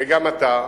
וגם אתה,